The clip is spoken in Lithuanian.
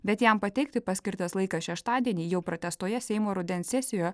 bet jam pateikti paskirtas laikas šeštadienį jau pratęstoje seimo rudens sesijo